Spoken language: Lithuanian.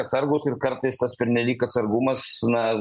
atsargūs ir kartais tas pernelyg atsargumas na